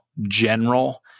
general